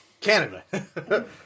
Canada